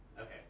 Okay